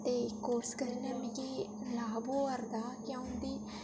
ते कोर्स करना मिगी लाभ होआ'रदा जां मिगी उं'दी